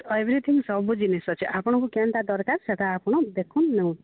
everything ସବୁ ଜିନିଷ ଅଛେ ଆପଣଙ୍କୁ କେନ୍ଟା ଦରକାର ସେଟା ଆପଣ ଦେଖୁନ୍ ନେଉନ୍